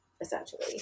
essentially